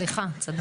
סליחה.